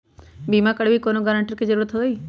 बिमा करबी कैउनो गारंटर की जरूरत होई?